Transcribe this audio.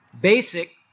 basic